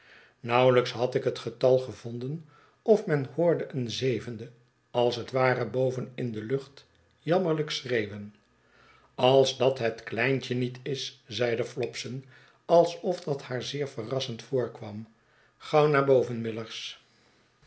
nauwelijks had ik het getal gevonden of men hoorde een zevende als t ware boven in de lucht jammerlijk schreeuwen als dat het kleintje niet is zeide flopson alsof dat haar zeer verrassend voorkwam gauw naar boven